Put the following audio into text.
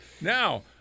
Now